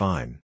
Fine